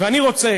ואני רוצה